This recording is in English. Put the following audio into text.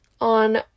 on